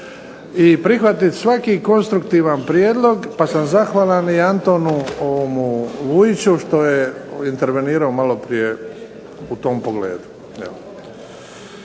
i prihvatiti svaki konstruktivan prijedlog pa sam zahvalan i Antonu Vujiću što je intervenirao maloprije u tom pogledu.